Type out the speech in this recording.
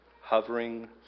hovering